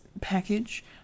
package